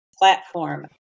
platform